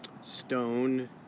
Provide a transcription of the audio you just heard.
stone